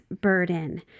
burden